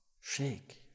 shake